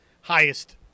highest